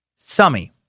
Summy